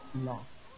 lost